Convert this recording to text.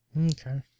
Okay